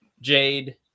Jade